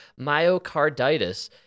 Myocarditis